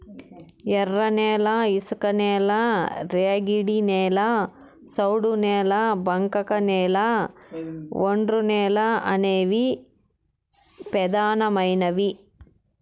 ఎర్రనేల, ఇసుకనేల, ర్యాగిడి నేల, సౌడు నేల, బంకకనేల, ఒండ్రునేల అనేవి పెదానమైనవి